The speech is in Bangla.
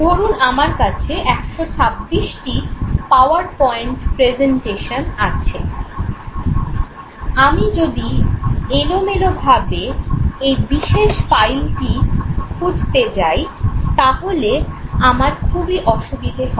ধরুন আমার কাছে 126টি পাওয়ার পয়েন্ট প্রেজেন্টেশন আছে আমি যদি এলোমেলো ভাবে এই বিশেষ ফাইলটি খুঁজতে যাই তাহলে আমার খুবই অসুবিধে হবে